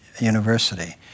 University